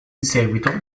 seguito